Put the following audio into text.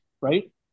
right